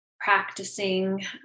practicing